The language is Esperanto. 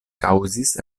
kaŭzis